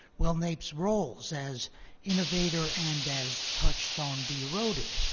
will naep's roles as innovator and as touchstone be eroded,